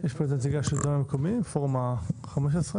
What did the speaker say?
פה נציגי השלטון המקומי, פורום ה-15.